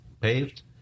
paved